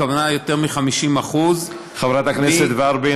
הכוונה יותר מ-50% חברת הכנסת ורבין,